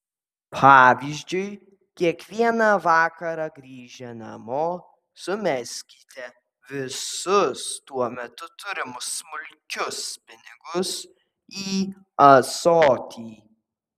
pavyzdžiui kiekvieną vakarą grįžę namo sumeskite visus tuo metu turimus smulkius pinigus į ąsotį